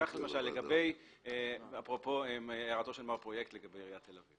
למשל באשר להערתו של מר פרויקט לגבי עיריית תל אביב